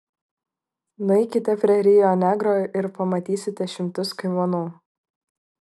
nueikite prie rio negro ir pamatysite šimtus kaimanų